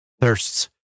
thirsts